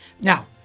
Now